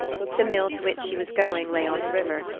the mill to which she was going lay on the river,